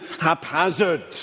haphazard